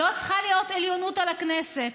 לא צריכה להיות עליונות על הכנסת.